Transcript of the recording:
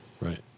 Right